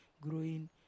growing